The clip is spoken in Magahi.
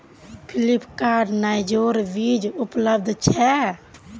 फ्लिपकार्टत नाइजरेर बीज उपलब्ध छेक